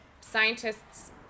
Scientists